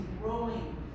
growing